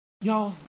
Y'all